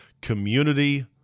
community